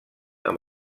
amb